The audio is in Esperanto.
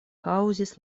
kaŭzis